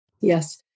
Yes